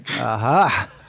aha